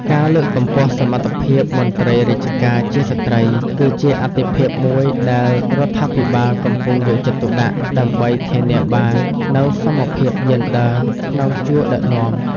ការលើកកម្ពស់សមត្ថភាពមន្ត្រីរាជការជាស្ត្រី គឺជាអាទិភាពមួយដែលរដ្ឋាភិបាលកំពុងយកចិត្តទុកដាក់ ដើម្បីធានាបាននូវសមភាពយេនឌ័រក្នុងជួរដឹកនាំ។